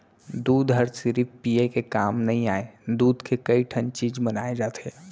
दूद हर सिरिफ पिये के काम नइ आय, दूद के कइ ठन चीज बनाए जाथे